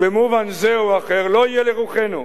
במובן זה או אחר לא יהיה לרוחנו.